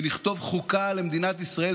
ונכתוב חוקה למדינת ישראל,